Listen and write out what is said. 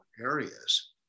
areas